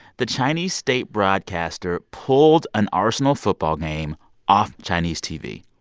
the chinese state broadcaster pulled an arsenal football game off chinese tv.